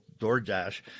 DoorDash